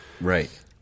Right